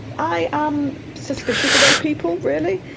i am suspicious of those people, really,